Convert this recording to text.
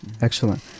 Excellent